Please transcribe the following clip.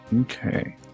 Okay